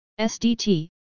SDT